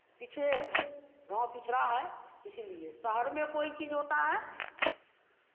पिछले हैं गाँव पिछड़ा है इसीलिए शहर में कोई चीज़ होता है